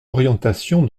orientation